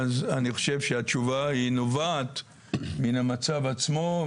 אז אני חושב שהתשובה נובעת מן המצב עצמו,